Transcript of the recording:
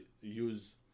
use